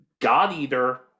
God-eater